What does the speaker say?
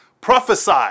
prophesy